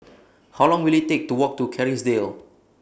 How Long Will IT Take to Walk to Kerrisdale